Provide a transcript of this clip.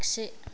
आगसि